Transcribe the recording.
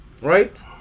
Right